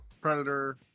Predator